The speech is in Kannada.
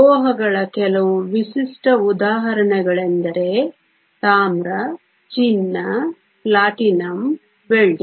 ಲೋಹಗಳ ಕೆಲವು ವಿಶಿಷ್ಟ ಉದಾಹರಣೆಗಳೆಂದರೆ ತಾಮ್ರ ಚಿನ್ನ ಪ್ಲಾಟಿನಂ ಬೆಳ್ಳಿ